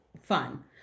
fun